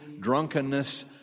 drunkenness